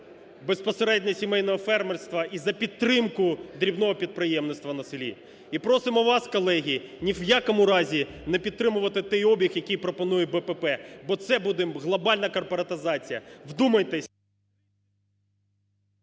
безпосередньо сімейного фермерства і за підтримку дрібного підприємництва на селі. І просимо вас, колеги, ні в якому разі не підтримувати той обіг, який пропонує БПП, бо це буде глобальна корпоратизація. Вдумайтеся…